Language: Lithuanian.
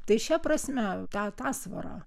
tai šia prasme tą atasvarą